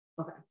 Okay